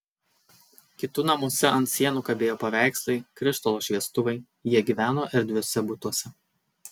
kitų namuose ant sienų kabėjo paveikslai krištolo šviestuvai jie gyveno erdviuose butuose